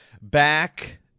back